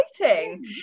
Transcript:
exciting